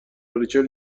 ریچل